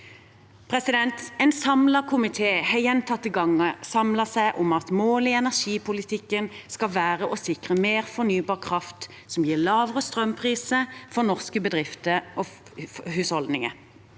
Europa. En samlet komité har gjentatte ganger samlet seg om at målet i energipolitikken skal være å sikre mer fornybar kraft som gir lavere strømpriser for norske bedrifter og husholdninger.